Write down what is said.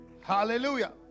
Hallelujah